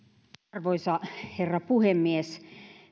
arvoisa herra puhemies